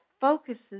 focuses